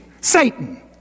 Satan